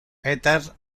peter